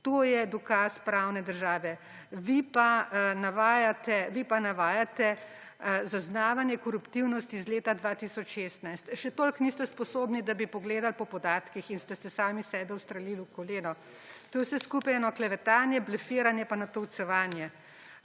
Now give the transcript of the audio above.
To je dokaz pravne države. Vi pa navajate zaznavanje koruptivnosti iz leta 2016. Še toliko niste sposobni, da bi pogledali po podatkih, in ste se sami sebe ustrelili v koleno. To je vse skupaj eno klevetanje, blefiranje in natolcevanje.